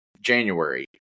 January